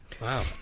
Wow